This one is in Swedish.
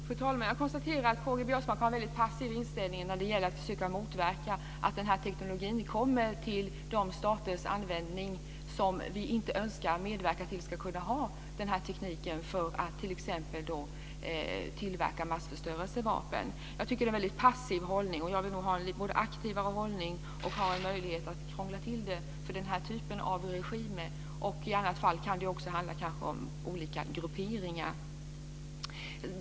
Fru talman! Jag konstaterar att K-G Biörsmark har en väldigt passiv inställning när det gäller att försöka motverka att den här tekniken kommer till de staters användning som vi inte önskar medverka till ska kunna ha tekniken för att t.ex. tillverka massförstörelsevapen. Jag tycker att det är en väldigt passiv hållning. Jag vill ha en aktivare hållning och också möjlighet att krångla till det för den här typen av regimer. I andra fall kan det kanske handla om olika grupperingar.